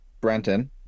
Brenton